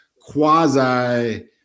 quasi